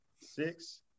six